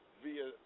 via